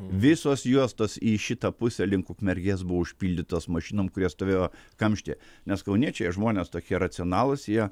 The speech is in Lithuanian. visos juostos į šitą pusę link ukmergės buvo užpildytos mašinom kurie stovėjo kamštyje nes kauniečiai jie žmonės tokie racionalūs jie